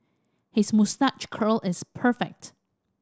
his moustache curl is perfect